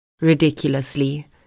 Ridiculously